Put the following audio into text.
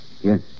Yes